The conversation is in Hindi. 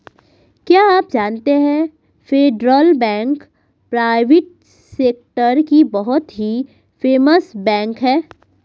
क्या आप जानते है फेडरल बैंक प्राइवेट सेक्टर की बहुत ही फेमस बैंक है?